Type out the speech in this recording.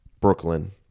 Brooklyn